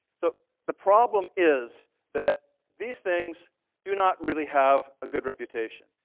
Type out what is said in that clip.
so the problem is that these things do not really have a good reputation.